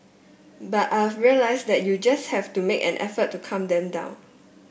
but I've realise that you just have to make an effort to calm them down